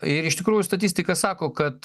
ir iš tikrųjų statistika sako kad